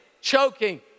choking